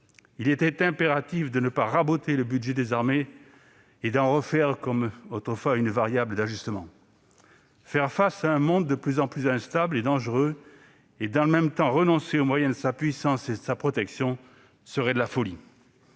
il était impératif de ne pas raboter le budget des armées et d'en refaire, comme autrefois, une variable d'ajustement. Face à un monde de plus en plus instable et dangereux, renoncer aux moyens de sa puissance et de sa protection serait de la folie.